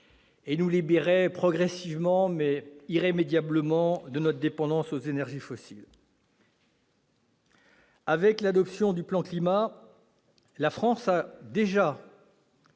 et nous libérer progressivement mais irrévocablement de notre dépendance aux énergies fossiles. Avec l'adoption du plan Climat, la France a déjà